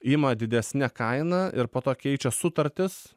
ima didesne kaina ir po to keičia sutartis